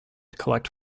collect